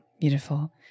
beautiful